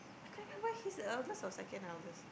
I can't remember he's the eldest or second eldest